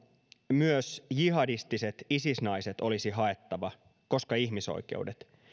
myös jihadistiset isis naiset olisi haettava koska ihmisoikeudet